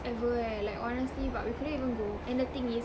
ever eh like honestly but we couldn't even go and the thing is